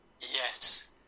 Yes